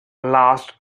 last